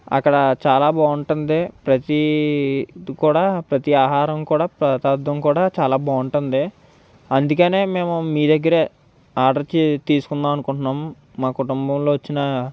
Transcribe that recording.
అక్కడ చాలా బాగుంటుంది ప్రతీ ఇది కూడా ప్రతీ ఆహారం కూడా పదార్ధం కూడా చాలా బావుంటుంది అందుకనే మేము మీ దగ్గరే ఆర్డర్ తీ తీసుకుందాం అనుకుంటున్నాం మా కుటుంబంలో వచ్చిన